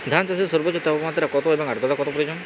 ধান চাষে সর্বোচ্চ তাপমাত্রা কত এবং আর্দ্রতা কত প্রয়োজন?